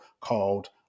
called